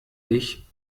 ich